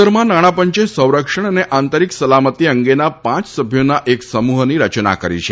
પંદરમાં નાણાં પંચે સંરક્ષણ અને આંતરિક સલામતી અંગેના પાંચ સભ્યોના એક સમૂહની રચના કરી છે